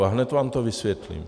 A hned vám to vysvětlím.